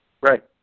Right